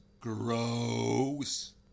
Gross